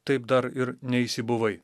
taip dar ir neišsibuvai